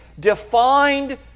defined